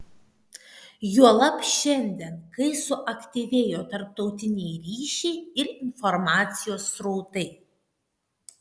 juolab šiandien kai suaktyvėjo tarptautiniai ryšiai ir informacijos srautai